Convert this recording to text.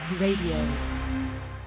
Radio